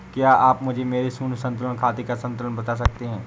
क्या आप मुझे मेरे शून्य संतुलन खाते का संतुलन बता सकते हैं?